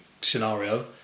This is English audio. scenario